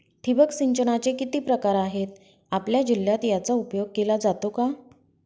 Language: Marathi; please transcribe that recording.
ठिबक सिंचनाचे किती प्रकार आहेत? आपल्या जिल्ह्यात याचा उपयोग केला जातो का?